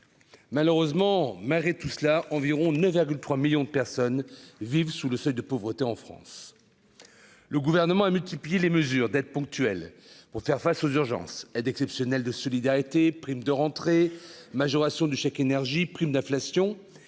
malheureusement, malgré tout cela, environ 9,3 millions de personnes vivent sous le seuil de pauvreté en France, le gouvernement a multiplié les mesures d'aide ponctuelle pour faire face aux urgences aide exceptionnelle de solidarité prime de rentrée majoration du chèque énergie primes d'inflation,